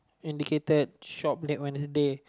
indicated shop date Wednesday